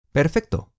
Perfecto